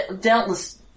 doubtless